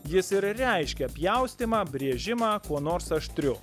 jis ir reiškia pjaustymą brėžimą kuo nors aštriu